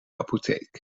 apotheek